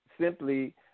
simply